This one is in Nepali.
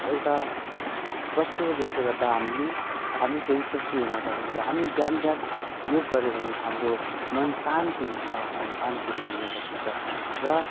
एउटा वस्तु हो जस्ले गर्दा हामी हामी टेन्सन फ्री हुन सकिन्छ हामी बिहान बिहान योग गर्यो भने हाम्रो मन शान्ति हुन्छ र हामी शान्तिले जिउनु सकिन्छ र